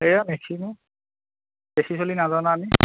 সেইয়া মেক্সিম' বেছি চ'লি নাযাওঁ ন আমি